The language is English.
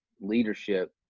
leadership